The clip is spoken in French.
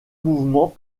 mouvement